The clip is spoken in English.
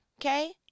okay